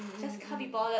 just can't be bothered